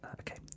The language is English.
Okay